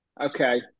Okay